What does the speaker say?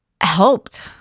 helped